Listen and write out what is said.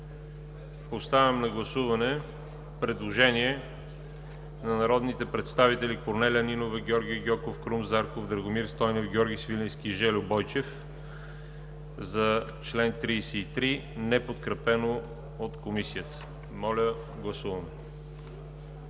Подлагам на гласуване предложение на народните представители Корнелия Нинова, Георги Гьоков, Крум Зарков, Драгомир Стойнев, Георги Свиленски и Жельо Бойчев за чл. 33, неподкрепено от Комисията. Гласували